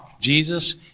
Jesus